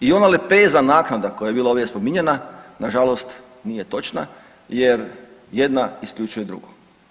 I ona lepeza naknada koja je bila ovdje spominjanja nažalost nije točna jer jedna isključuje drugu.